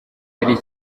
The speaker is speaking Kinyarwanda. cyari